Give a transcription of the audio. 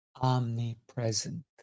omnipresent